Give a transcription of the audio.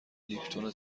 لیپتون